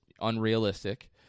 unrealistic